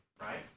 right